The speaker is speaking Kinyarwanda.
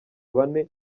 bane